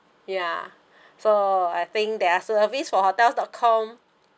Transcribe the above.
ya so I think their service for hotels dot com